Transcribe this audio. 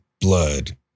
blood